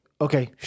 okay